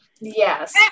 Yes